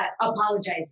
apologizing